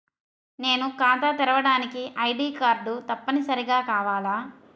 నేను ఖాతా తెరవడానికి ఐ.డీ కార్డు తప్పనిసారిగా కావాలా?